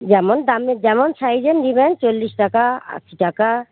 যেমন দামে যেমন সাইজের নেবেন চল্লিশ টাকা আশি টাকা